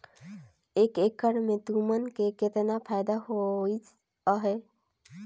एक एकड़ मे तुमन के केतना फायदा होइस अहे